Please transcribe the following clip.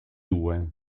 due